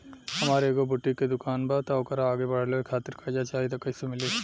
हमार एगो बुटीक के दुकानबा त ओकरा आगे बढ़वे खातिर कर्जा चाहि त कइसे मिली?